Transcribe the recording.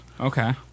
okay